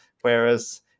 Whereas